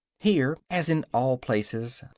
here, as in all places,